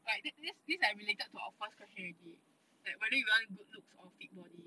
like that this this are related to our first question already whether you want good looks or fit body